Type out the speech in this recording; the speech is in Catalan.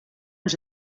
ens